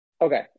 Okay